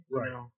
Right